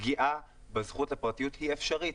פגיעה בזכות לפרטיות היא אפשרית,